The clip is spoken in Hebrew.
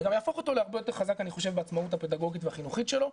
וגם להפוך אותו להרבה יותר חזק בעצמאות הפדגוגית והחינוכית שלו,